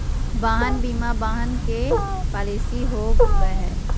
वाहन बीमा वाहन के पॉलिसी हो बैय हइ